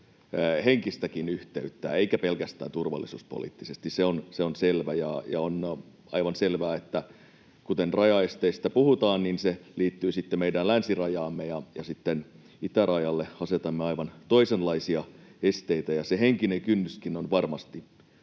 henkistäkin yhteyttä, eikä pelkästään turvallisuuspoliittisesti, se on selvä. On aivan selvää, että kun rajaesteistä puhutaan, niin se liittyy sitten meidän länsirajaamme, ja sitten itärajalle asetamme aivan toisenlaisia esteitä, ja se henkinen kynnyskin on varmasti